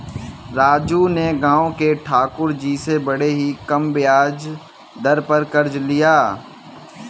राजू ने गांव के ठाकुर जी से बड़े ही कम ब्याज दर पर कर्ज लिया